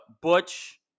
butch